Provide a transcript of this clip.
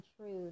truth